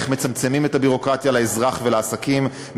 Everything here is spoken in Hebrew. איך מצמצמים את הביורוקרטיה לאזרח ולעסקים,